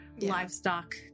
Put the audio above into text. livestock